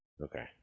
okay